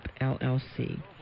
LLC